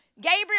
Gabriel